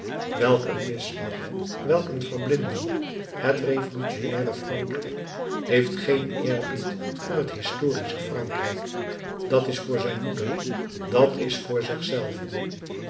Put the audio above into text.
een misslag welk een verblinding het revolutionaire frankrijk heeft geen eerbied voor het historische frankrijk dat is voor zijn moeder dat is voor zich zelven